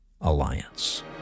Alliance